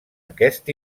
aquest